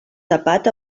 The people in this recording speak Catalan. tapat